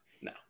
no